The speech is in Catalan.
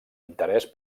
interés